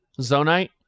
Zonite